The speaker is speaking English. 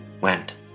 went